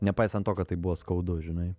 nepaisant to kad tai buvo skaudu žinai